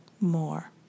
more